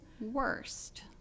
Worst